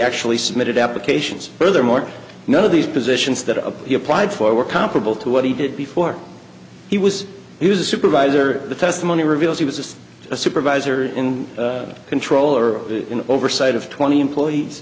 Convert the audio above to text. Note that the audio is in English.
actually submitted applications furthermore none of these positions that a he applied for were comparable to what he did before he was use a supervisor the testimony reveals he was just a supervisor in control or in oversight of twenty employees